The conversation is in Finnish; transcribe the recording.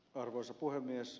arvoisa puhemies